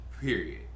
Period